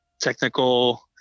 technical